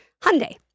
Hyundai